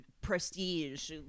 prestige